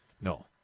No